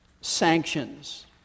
sanctions